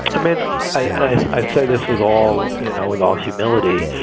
um and i say this with all you know with all humility.